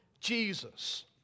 Jesus